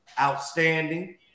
outstanding